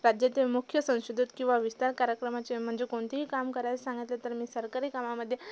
राज्यातील मुख्य संशोधित किंवा विस्तार कार्यक्रमाचे म्हणजे कोणतेही काम करायला सांगितले तर मी सरकारी कामामध्ये